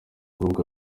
urubuga